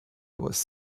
was